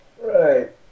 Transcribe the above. right